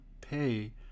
pay